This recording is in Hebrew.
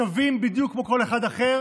אנחנו שווים בדיוק כמו כל אחד אחר,